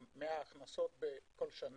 היה אז הקמת תחנת כוח חשמלית, שהיה